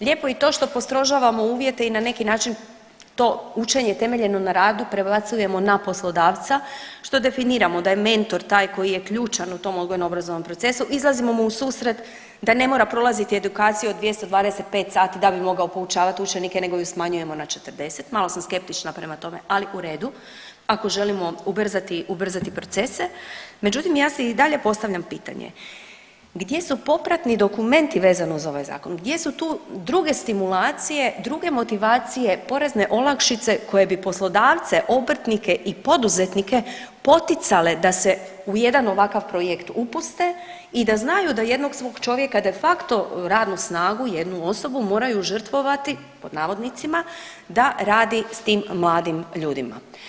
Lijepo je i to što postrožavamo uvjete i na neki način to učenje temeljeno na radu prebacujemo na poslodavca, što definiramo da je mentor taj koji je ključan u tom odgojno obrazovnom procesu, izlazimo mu u susret da ne mora prolaziti edukaciju od 225 sati da bi mogao poučavati učenike nego ju smanjujemo na 40, malo sam skeptična prema tome ali u redu, ako želimo ubrzati, ubrzati procese, međutim ja si i dalje postavljam pitanje gdje su popratni dokumenti vezano uz ovaj zakon, gdje su tu druge stimulacije, druge motivacije, porezne olakšice koje bi poslodavce, obrtnike i poduzetnike poticale da se u jedan ovakav projekt upuste i da znaju da jednog svog čovjeka de facto radnu snagu, jednu osobu moraju žrtvovati pod navodnicima da radi s tim mladim ljudima.